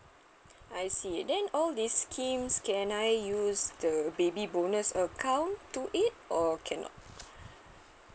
I see then all these scheme can I use the baby bonus account to it or cannot